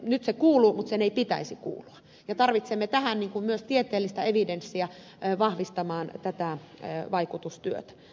nyt se kuuluu mutta sen ei pitäisi kuulua ja tarvitsemme tähän myös tieteellistä evidenssiä vahvistamaan tätä vaikutustyötä